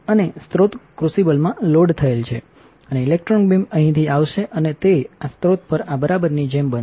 અને સ્રોત ક્રુસિબલમાં લોડ થયેલ છે અને ઇલેક્ટ્રોન બીમ અહીંથી આવશે અને તે આ સ્રોત પર આ બરાબરની જેમ બનશે